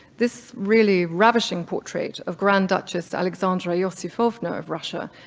this really ravishing portrait of grand duchess alexandra yeah losifovna of russia,